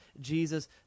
Jesus